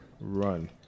run